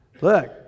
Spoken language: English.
Look